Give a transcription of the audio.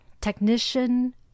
technician